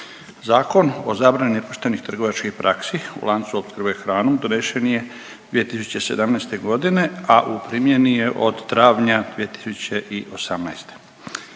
Zakon o zabrani nepoštenih trgovačkih praksi u lancu opskrbe hranom donesen je 2017. godine, a u primjeni je od travnja 2018.